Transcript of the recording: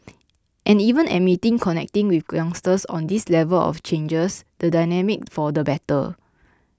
and even admitting connecting with youngsters on this level of changes the dynamic for the better